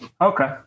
Okay